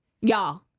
y'all